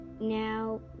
now